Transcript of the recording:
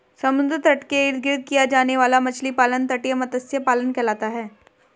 समुद्र तट के इर्द गिर्द किया जाने वाला मछली पालन तटीय मत्स्य पालन कहलाता है